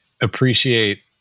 appreciate